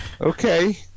okay